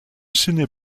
sinne